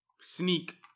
Sneak